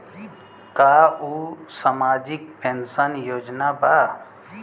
का उ सामाजिक पेंशन योजना बा?